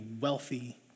wealthy